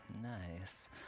Nice